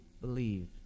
believe